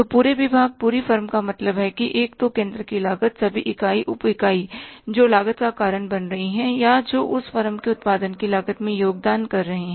तो पूरे विभाग पूरी फर्म का मतलब है कि एक तो केंद्र की लागत सभी इकाई उप इकाई जो लागत का कारण बन रहे हैं या जो उस फर्म के उत्पादन की लागत में योगदान कर रहे हैं